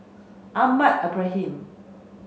Ahmad Ibrahim